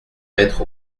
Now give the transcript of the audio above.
mettre